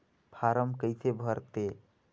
Form कइसे भरते?